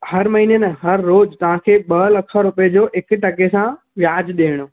हर महिने न हर रोज़ु तव्हां खे ॿ लख रुपये जो हिक टके सां व्याजु ॾियणु